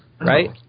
Right